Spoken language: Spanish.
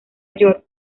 york